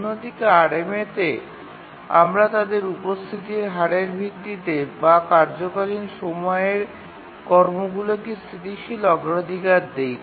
অন্যদিকে RMA তে আমরা তাদের উপস্থিতির হারের ভিত্তিতে বা কার্যকালীন সময়ে কর্মগুলিকে স্থিতিশীল অগ্রাধিকার দিই